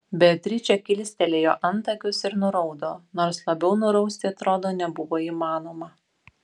beatričė kilstelėjo antakius ir nuraudo nors labiau nurausti atrodo nebuvo įmanoma